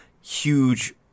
huge